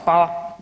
Hvala.